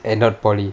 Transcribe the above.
and not polytechnic